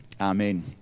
Amen